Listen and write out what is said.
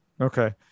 Okay